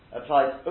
applies